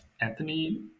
Anthony